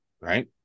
Right